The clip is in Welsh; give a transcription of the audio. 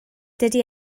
dydy